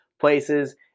places